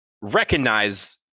recognize